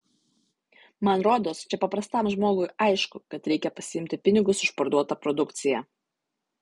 man rodos čia paprastam žmogui aišku kad reikia pasiimti pinigus už parduotą produkciją